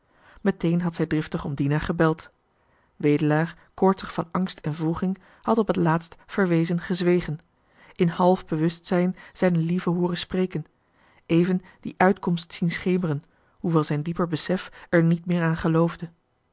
meteen had zij driftig om dina gebeld wedelaar koortsig van angst en wroeging had op het laatst verwezen gezwegen in half bewustzijn zijne lieve hooren spreken even die uitkomst zien schemeren hoewel zijn diep besef er niet meer aan geloofde